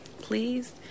please